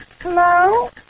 Hello